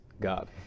God